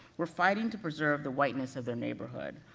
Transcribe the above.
were fighting to preserve the whiteness of their neighborhood,